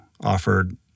offered